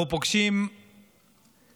אנחנו פוגשים פצועים